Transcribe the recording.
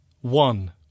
One